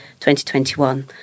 2021